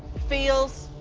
fields?